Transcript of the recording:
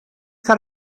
got